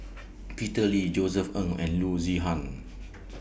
Peter Lee Josef Ng and Loo Zihan